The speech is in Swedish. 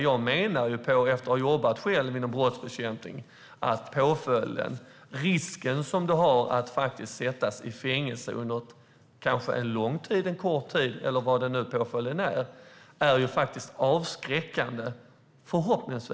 Efter att själv ha jobbat inom brottsbekämpning menar jag att risken att sättas i fängelse under en lång eller kort tid förhoppningsvis är avskräckande för många.